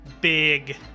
big